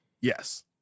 Yes